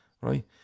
right